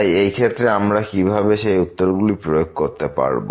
তাই এই ক্ষেত্রে আমরা কিভাবে সেই উত্তরগুলি প্রয়োগ করতে পারব